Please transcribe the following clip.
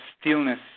stillness